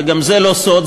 וגם זה לא סוד,